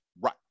Right